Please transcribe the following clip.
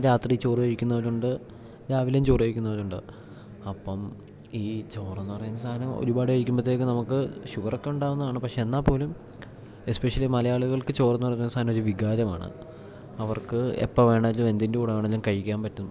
രാത്രി ചോറ് കഴിക്കുന്നവരുണ്ട് രാവിലെയും ചോറ് കഴിക്കുന്നവരുണ്ട് അപ്പം ഈ ചോറെന്ന് പറയുന്ന സാധനം ഒരുപാട് കഴിക്കുമ്പത്തേക്ക് നമുക്ക് ഷുഗറൊക്ക്ണ്ടാവ്ന്നാണ് പക്ഷേ എന്നാൽ പോലും എസ്പെഷ്യലി മലയാളികൾക്ക് ചോറെന്ന് പറയുന്ന സാധനമൊരു വികാരമാണ് അവർക്ക് എപ്പം വേണേലും എന്തിൻ്റെ കൂടെ വേണേലും കഴിക്കാൻ പറ്റും